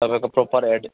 तपाईँको proper address